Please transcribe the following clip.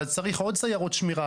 ואז צריך עוד סיירות משטרה,